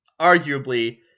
arguably